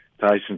Tyson